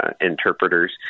interpreters